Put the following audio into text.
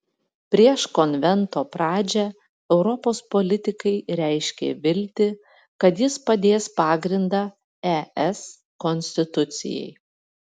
prieš konvento pradžią europos politikai reiškė viltį kad jis padės pagrindą es konstitucijai